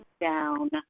down